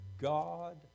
God